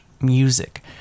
music